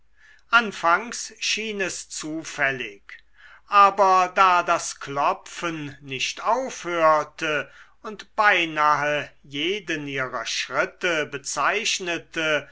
anfangs schien es zufällig aber da das klopfen nicht aufhörte und beinahe jeden ihrer schritte bezeichnete